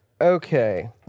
Okay